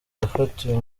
yafatiwe